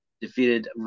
defeated